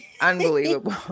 Unbelievable